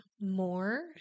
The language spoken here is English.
more